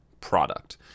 product